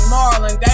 Marlon